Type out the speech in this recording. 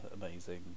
amazing